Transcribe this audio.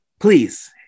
Please